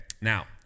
Now